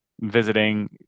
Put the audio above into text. Visiting